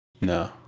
No